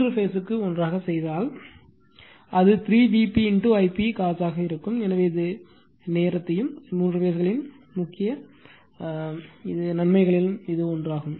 மூன்று பேஸின் முக்கிய நன்மைகளில் இதுவும் ஒன்றாகும்